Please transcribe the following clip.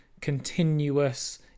continuous